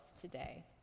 today